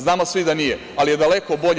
Znamo svi da nije, ali je daleko bolje.